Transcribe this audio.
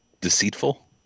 Deceitful